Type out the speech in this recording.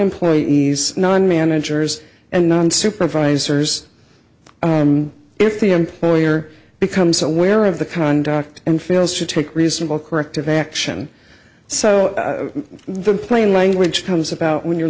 employees nine managers and none supervisors if the employer becomes aware of the conduct and fails to take reasonable corrective action so the plain language comes about when you're